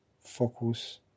focus